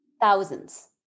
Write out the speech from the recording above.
thousands